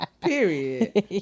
Period